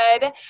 Good